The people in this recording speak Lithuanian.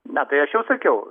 na tai aš jau sakiau